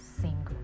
single